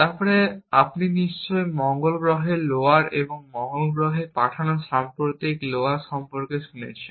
তারপরে আপনি নিশ্চয়ই মঙ্গল গ্রহের লোয়ার এবং মঙ্গল গ্রহে পাঠানো সাম্প্রতিক লোয়ার সম্পর্কে শুনেছেন